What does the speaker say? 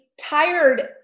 tired